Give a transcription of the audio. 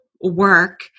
work